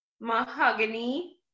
Mahogany